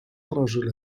رجل